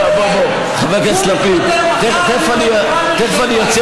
רגע חכה, תכף אני אציע